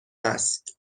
است